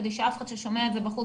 כדי שאף אחד ששומע את זה בחוץ,